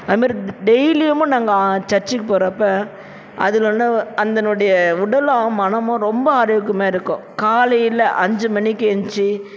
அது மாதிரி டெய்லியமும் நாங்கள் சர்ச்சுக்கு போகிறப்ப அதில் வந்து அந்த நொடியே உடலும் மனமும் ரொம்ப ஆரோக்கியமாக இருக்கும் காலையில் அஞ்சு மணிக்கு எழுந்துச்சு